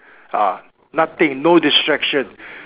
ah nothing no distraction